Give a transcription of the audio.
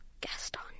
Gaston